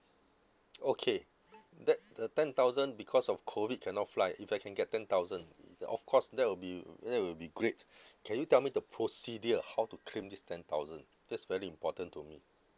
okay that uh ten thousand because of COVID cannot fly if I can get ten thousand of course that will be that will be great can you tell me the procedure how to claim this ten thousand that's very important to me